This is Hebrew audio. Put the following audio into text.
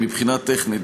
מבחינה טכנית,